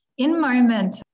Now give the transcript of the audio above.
InMoment